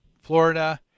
Florida